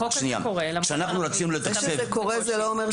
החוק הזה קורה למרות שאנחנו --- זה שזה קורה זה לא אומר שזה תקין.